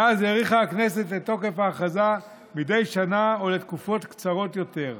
מאז האריכה הכנסת את תוקף ההכרזה מדי שנה או לתקופות קצרות יותר.